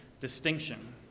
distinction